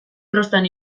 trostan